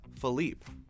Philippe